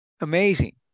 Amazing